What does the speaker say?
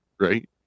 right